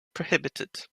prohibited